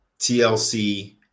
TLC